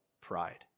pride